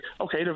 okay